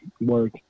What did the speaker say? work